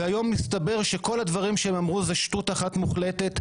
והיום מסתבר שכל הדברים שהם אמרו זו שטות אחת מוחלטת,